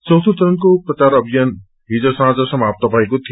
चौथो चरणको प्रचार अभियान हिज साँझ समाप्त भएको थियो